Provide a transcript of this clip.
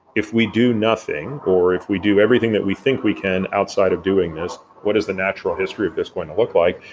if we do nothing, or if we do everything that we think we can outside of doing this, what is the natural history of this going to look like?